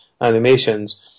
animations